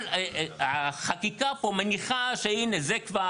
אבל החקיקה פה מניחה שהנה, זה כבר.